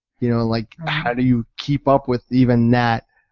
you know like how do you keep up with even that?